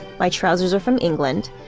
my trousers are from england.